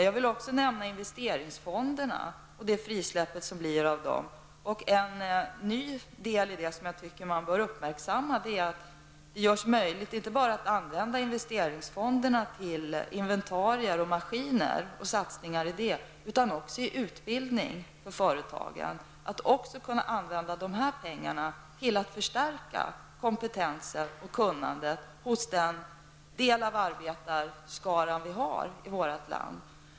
Jag vill också nämna frisläppandet av investeringsfonderna. En ny del som jag tycker man bör uppmärksamma är att det görs möjligt att använda investeringsfondsmedel inte bara till inventarier och maskiner utan också till utbildning på företagen. Man kan använda pengarna till att förstärka kompetensen och kunnandet hos den delen av arbetarskaran i vårt land.